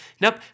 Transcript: nope